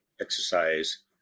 exercise